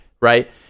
right